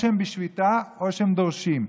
או שהם בשביתה או שהם דורשים.